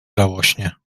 żałośnie